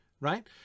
right